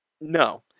no